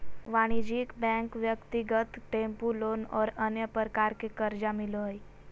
वाणिज्यिक बैंक ब्यक्तिगत tempo loan और अन्य प्रकार के कर्जा मिलो हइ